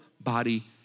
body